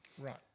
Right